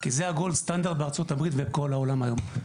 כי זה הגולד סטנדרט בארצות הברית ובכל העולם היום.